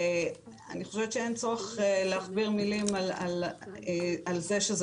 אני חושבת שאין צורך להכביר מילים על זה שזה